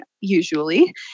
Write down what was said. usually